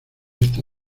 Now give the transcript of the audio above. esta